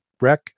wreck